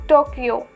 Tokyo